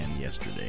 yesterday